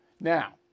Now